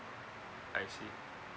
I see